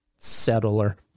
Settler